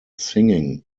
singing